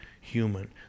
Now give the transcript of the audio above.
human